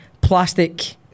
plastic